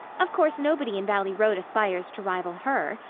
of course nobody in valley road aspires to rival her.